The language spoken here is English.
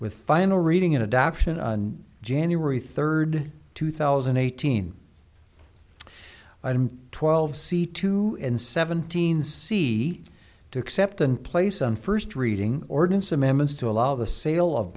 with final reading in adoption on january third two thousand and eighteen twelve c two and seventeen see to accept in place on first reading ordinance amendments to allow the sale of